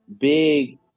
Big